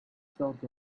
sort